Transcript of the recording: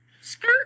Skirt